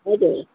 हजुर